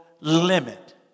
limit